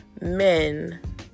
men